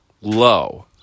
low